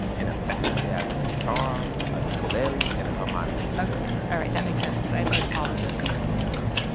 in the back they have a guitar, a ukulele, and a harmonica for sale okay, alright, that makes sense, cause i've heard all of those instruments in here.